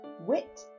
Wit